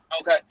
okay